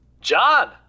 John